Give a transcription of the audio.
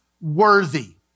worthy